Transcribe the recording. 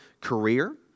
career